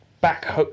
back